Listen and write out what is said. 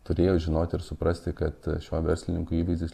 turėjo žinoti ir suprasti kad šio verslininko įvaizdis